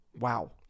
Wow